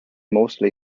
mostly